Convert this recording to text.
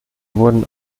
wurden